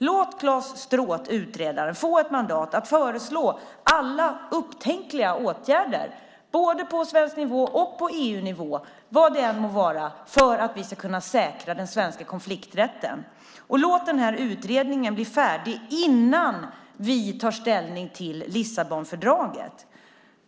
Låt utredaren Claes Strååth få ett mandat att föreslå alla upptänkliga åtgärder på både svensk nivå och EU-nivå, vad det än kan vara, för att vi ska kunna säkra den svenska konflikträtten. Låt utredningen bli färdig innan vi tar ställning till Lissabonfördraget.